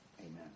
Amen